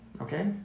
Okay